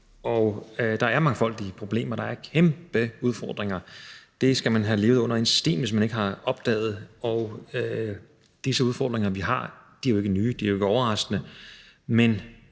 Og der er mangfoldige problemer. Der er kæmpe udfordringer. Man skal have levet under en sten, hvis ikke man har opdaget det. De udfordringer, vi har, er jo ikke nye, og de er ikke overraskende, men